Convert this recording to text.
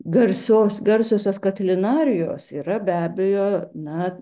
garsios garsiosios kaklinarijos yra be abejo na